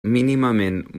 mínimament